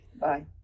bye